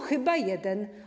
Chyba jeden.